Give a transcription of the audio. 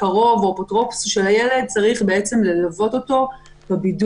קרוב או אפוטרופוס של הילד צריך ללוות אותו בבידוד.